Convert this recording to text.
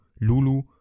Lulu